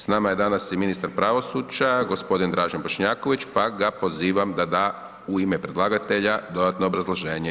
S nama je danas i ministar pravosuđa gospodin Dražen Bošnjaković, pa ga pozivam da ta u ime predlagatelja dodatno obrazloženje.